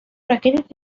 راکت